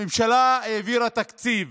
הממשלה העבירה תקציב.